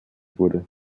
wurde